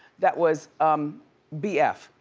that was um bf,